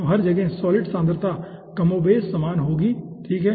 तो हर जगह सॉलिड सांद्रता कमोबेश समान होगी ठीक है